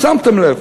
שמתם לב.